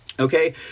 Okay